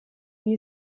wie